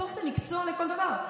בסוף זה מקצוע לכל דבר.